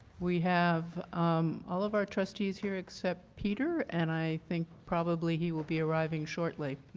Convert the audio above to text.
we have all of our trustees here except peter and i think probably he will be arriving shortly.